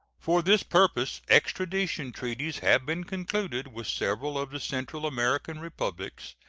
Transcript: for this purpose extradition treaties have been concluded with several of the central american republics,